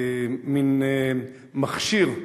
למין מכשיר שיודיע,